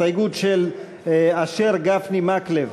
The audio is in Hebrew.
הסתייגות של אשר, גפני, מקלב.